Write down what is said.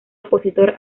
opositor